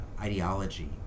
ideology